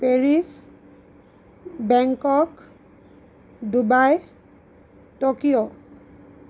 Paris Bangkok Dubai Tokyo